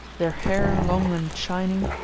their hair long and shining,